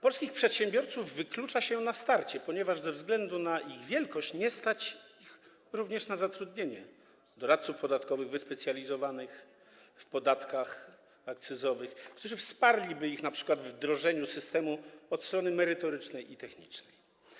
Polskich przedsiębiorców wyklucza się na starcie, ponieważ ze względu na ich wielkość nie stać ich również na zatrudnienie doradców podatkowych wyspecjalizowanych w podatkach akcyzowych, którzy wsparliby ich np. we wdrożeniu systemu od strony merytorycznej i technicznej.